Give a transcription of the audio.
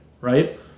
right